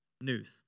news